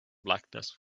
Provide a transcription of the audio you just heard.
blackness